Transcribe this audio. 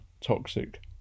toxic